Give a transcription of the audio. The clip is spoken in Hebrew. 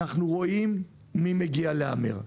אנחנו רואים מי מגיע להמר.